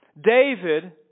David